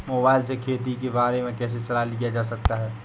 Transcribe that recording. Mobile से खेती के बारे कैसे सलाह लिया जा सकता है?